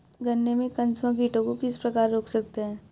गन्ने में कंसुआ कीटों को किस प्रकार रोक सकते हैं?